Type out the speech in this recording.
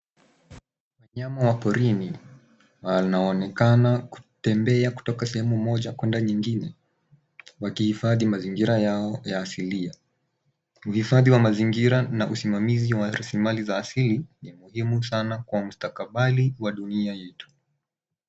Wanyama wa porini wanaonekana kutembea kutoka sehemu moja kuenda nyingine wakihifadhi mazingira yao ya asilia. Uhifadhi wa mazingira na usimamizi wa rasilimali za asili ni muhimu sana kwa mustakabali wa dunia yetu.